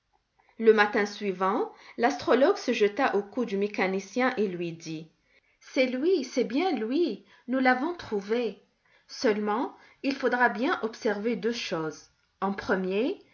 le matin suivant l'astrologue se jeta au cou du mécanicien et lui dit c'est lui c'est bien lui nous l'avons trouvé seulement il faudra bien observer deux choses en premier